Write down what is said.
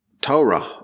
Torah